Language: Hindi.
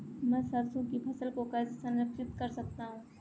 मैं सरसों की फसल को कैसे संरक्षित कर सकता हूँ?